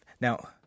Now